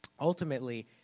ultimately